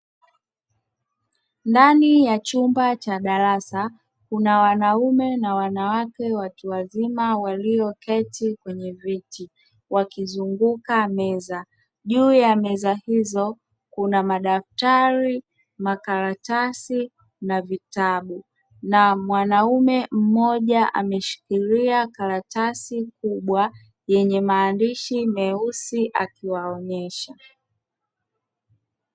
Ndani ya chumba cha darasa kuna wanaume na wanawake watu wazima walioketi kwenye viti wakizunguka meza, juu ya meza hizo kuna madaftari, makaratasi na vitabu na mwanamume mmoja ameshikilia karatasi kubwa yenye maandishi meusi akiwaonyesha.